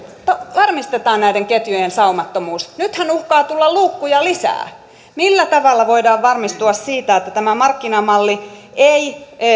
varmistetaan näiden ketjujen saumattomuus nythän uhkaa tulla luukkuja lisää millä tavalla voidaan varmistua siitä että tämä markkinamalli ei